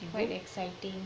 quite exciting